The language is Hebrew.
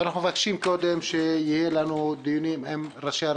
אנחנו מבקשים קודם שיהיו לנו דיונים עם ראשי הרשויות.